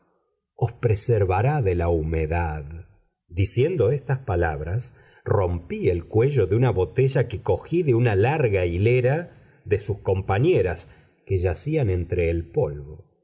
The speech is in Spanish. nos preservará de la humedad diciendo estas palabras rompí el cuello de una botella que cogí de una larga hilera de sus compañeras que yacían entre el polvo